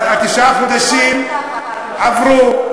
אז תשעה חודשים עברו.